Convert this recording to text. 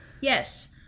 Yes